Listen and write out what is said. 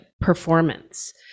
performance